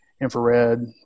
infrared